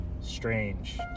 strange